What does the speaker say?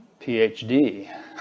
PhD